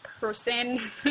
person